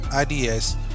IDS